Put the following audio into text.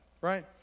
right